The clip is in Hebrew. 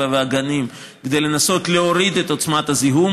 והגנים כדי לנסות להוריד את עוצמת הזיהום.